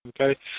Okay